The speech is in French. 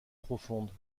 profondes